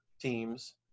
teams